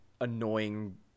annoying